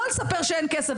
לא לספר שאין כסף.